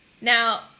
now